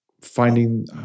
finding